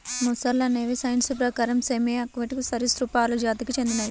మొసళ్ళు అనేవి సైన్స్ ప్రకారం సెమీ ఆక్వాటిక్ సరీసృపాలు జాతికి చెందినవి